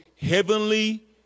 Heavenly